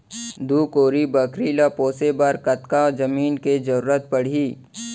दू कोरी बकरी ला पोसे बर कतका जमीन के जरूरत पढही?